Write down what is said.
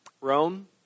Rome